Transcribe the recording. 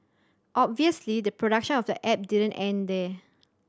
obviously the production of the app didn't end there